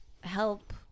help